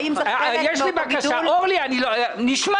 הדבר מתוקצב ממשרד הרווחה, האם --- יש לי בקשה.